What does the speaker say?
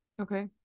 Okay